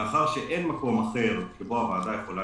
מאחר שאין מקום אחר שבו הוועדה יכולה